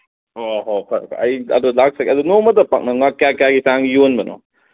ꯑꯣ ꯍꯣꯏ ꯐꯔꯦ ꯐꯔꯦ ꯑꯩ ꯑꯗꯣ ꯂꯥꯛꯆꯒꯦ ꯑꯗꯣ ꯅꯣꯡꯃꯗ ꯄꯥꯛꯅꯝꯒ ꯀꯌꯥ ꯀꯌꯥꯒꯤ ꯆꯥꯡ ꯌꯣꯟꯕꯅꯣ